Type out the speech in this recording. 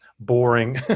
Boring